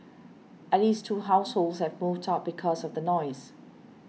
at least two households have moved out because of the noise